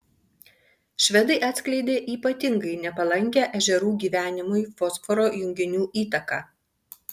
švedai atskleidė ypatingai nepalankią ežerų gyvenimui fosforo junginių įtaką